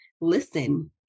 Listen